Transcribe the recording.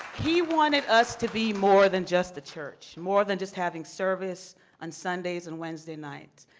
he wanted us to be more than just a church, more than just having service on sundays and wednesday nights.